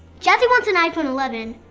jazzy wants an iphone eleven